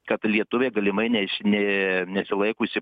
kad lietuviai galimai neišsi ne nesilaikusi